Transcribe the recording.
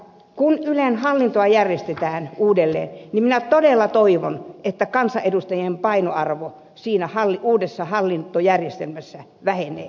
kun ylen hallintoa järjestetään uudelleen minä todella toivon että kansanedustajien painoarvo siinä uudessa hallintojärjestelmässä vähenee